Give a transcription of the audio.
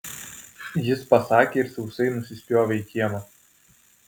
jis pasakė ir sausai nusispjovė į kiemą